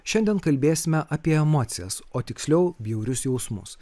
šiandien kalbėsime apie emocijas o tiksliau bjaurius jausmus